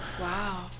Wow